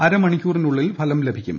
അര മണിക്കൂറിനുള്ളിൽ ഫലം ലഭിക്കും